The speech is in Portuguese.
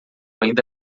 ainda